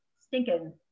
stinking